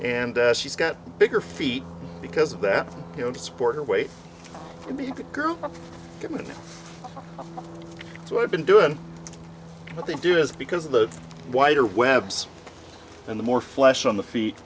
and she's got bigger feet because of that you know to support her weight and be good girl get me to i've been doing what they do is because of the wider webs and the more flesh on the feet